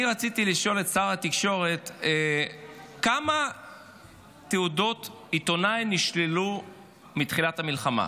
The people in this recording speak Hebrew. אני רציתי לשאול את שר התקשורת כמה תעודות עיתונאי נשללו מתחילת המלחמה.